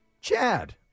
Chad